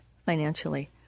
financially